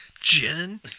Jen